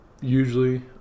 usually